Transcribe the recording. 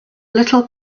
little